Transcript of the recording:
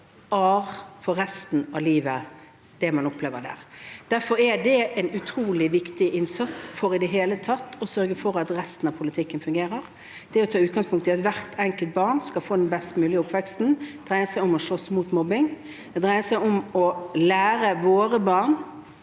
arr for resten av livet. Derfor er det utrolig viktig at vi gjør en innsats – for i det hele tatt å sørge for at resten av politikken fungerer – med utgangspunkt i at hvert enkelt barn skal få den best mulige oppveksten. Det dreier seg om å slåss mot mobbing. Det dreier seg om å lære våre barn